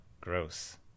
Gross